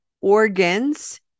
organs